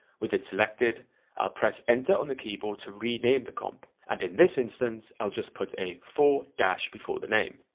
with it selected i'll press enter on the keyboard to rename the comp and in this instance i'll just put a four before the name.